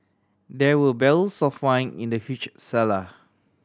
there were barrels of wine in the huge cellar